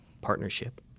partnership